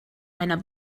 einer